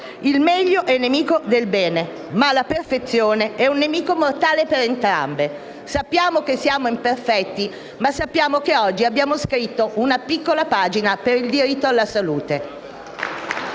essere un nemico del bene, ma la perfezione è sicuramente un nemico mortale di entrambi». Sappiamo che siamo imperfetti, ma sappiamo che oggi abbiamo scritto una piccola pagina per il diritto alla salute.